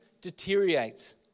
deteriorates